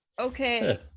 okay